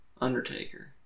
Undertaker